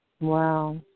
Wow